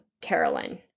Carolyn